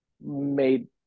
made